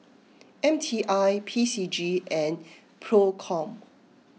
M T I P C G and Procom